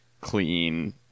clean